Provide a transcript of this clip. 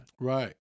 Right